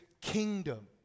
kingdom